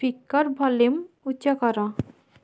speaker volume ଉଚ୍ଚ କର